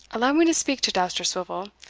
allow me to speak to dousterswivel.